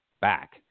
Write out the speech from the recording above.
back